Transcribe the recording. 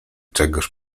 czegoś